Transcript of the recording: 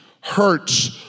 hurts